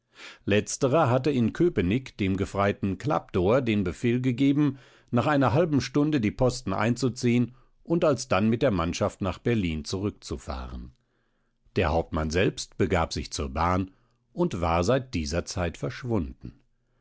letzterer hatte in köpenick dem gefreiten klapdohr den befehl gegeben nach einer halben stunde die posten einzuziehen und alsdann mit der mannschaft nach berlin zurückzufahren der hauptmann selbst begab sich zur bahn und war seit dieser zeit verschwunden